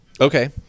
Okay